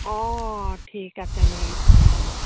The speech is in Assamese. অঁ ঠিক আছে মই লৈ যাম বাৰু